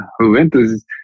Juventus